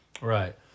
Right